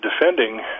defending